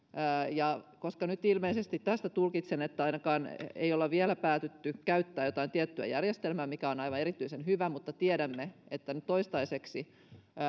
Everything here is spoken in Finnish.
ja koska nyt tästä tulkitsen että ilmeisesti ainakaan vielä ei olla päätetty käyttää jotain tiettyä järjestelmää mikä on aivan erityisen hyvä mutta tiedämme että toistaiseksi